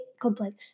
complex